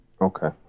Okay